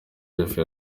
rev